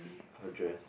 her dress